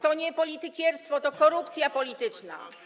To nie politykierstwo, to korupcja polityczna.